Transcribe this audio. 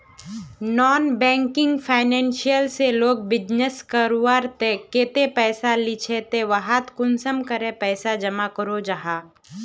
Non banking financial से लोग business करवार केते पैसा लिझे ते वहात कुंसम करे पैसा जमा करो जाहा?